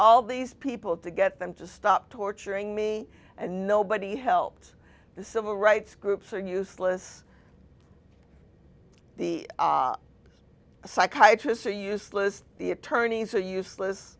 all these people to get them to stop torturing me and nobody helped the civil rights groups are useless the psychiatrists are useless the attorneys are useless